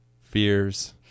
fears